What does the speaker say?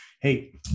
Hey